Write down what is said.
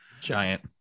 giant